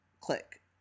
Click